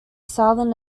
southern